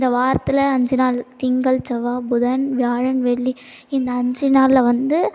இந்த வாரத்தில் அஞ்சு நாள் திங்கள் செவ்வாய் புதன் வியாழன் வெள்ளி இந்த அஞ்சு நாளில் வந்து